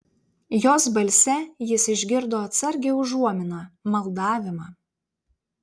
jos balse jis išgirdo atsargią užuominą maldavimą